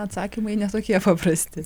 atsakymai ne tokie paprasti